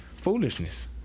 foolishness